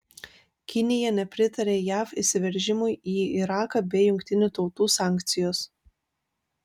kinija nepritarė jav įsiveržimui į iraką be jungtinių tautų sankcijos